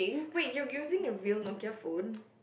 wait you're using a real Nokia phone